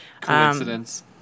Coincidence